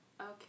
Okay